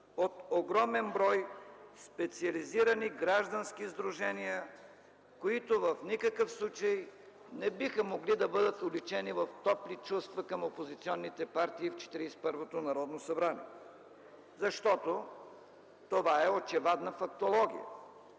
от огромен брой специализирани граждански сдружения, които в никакъв случай не биха могли да бъдат уличени в топли чувства към опозиционните партии в Четиридесет и първото Народно събрание, защото това е очевадна фактология.